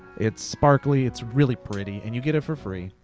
it's sparkly, it's really pretty. and you get it for free.